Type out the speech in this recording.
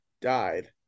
died